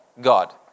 God